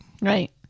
right